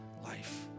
life